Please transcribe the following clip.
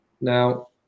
Now